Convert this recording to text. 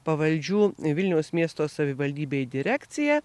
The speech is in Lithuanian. pavaldžių vilniaus miesto savivaldybei direkcija